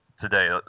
today